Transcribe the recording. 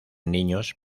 niños